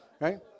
Right